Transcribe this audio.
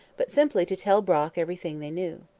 but simply to tell brock everything they knew.